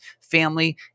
family